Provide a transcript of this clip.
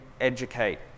educate